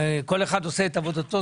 כל אחד עושה את עבודתו,